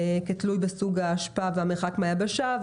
כתלוי בסוג האשפה והמרחק מהיבשה,